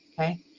okay